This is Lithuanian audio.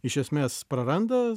iš esmės praranda